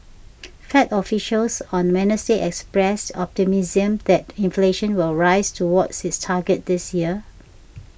fed officials on Wednesday expressed optimism that inflation will rise toward its target this year